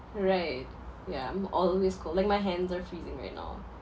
right yeah I'm always cold like my hands are freezing right now